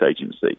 Agency